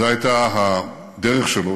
זו הייתה הדרך שלו,